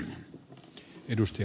herra puhemies